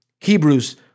Hebrews